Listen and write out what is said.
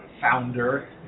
founder